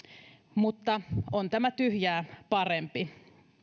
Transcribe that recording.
mutta on tämä tyhjää parempi